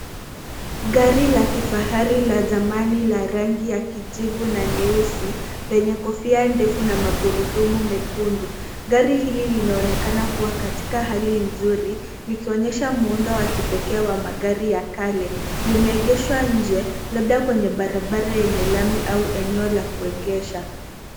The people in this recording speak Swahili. Gari la kifahari la zamani la rangi ya kijivu na nyeusi lenye kofia ndefu na magurudumu mekundu. Gari hili linaonekana kuwa katika hali nzuri, likionyesha muundo wa kipekee wa magari ya kale. Limeegeshwa nje, labda kwenye barabara yenye lami au eneo la kuegesha.